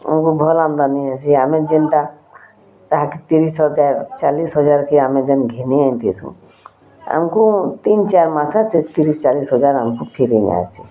ଆମ୍କୁ ଭଲ୍ ଆମ୍ଦାନୀ ହେସି ଆମେ ଜେନ୍ଟା ତାହାକେ ତିରିଶ୍ ହଜାର୍ ଚାଳିଶ୍ ହଜାର୍କେ ଆମେ ଯେନ୍ ଘିନି ଆନିଥିସୁଁ ଆମ୍କୁ ତିନ୍ ଚାର୍ ମାସେ ସେ ତିରିଶ୍ ଚାଲିଶ୍ ହଜାର୍ ଆମ୍କୁ ଫିରି ଆଏସି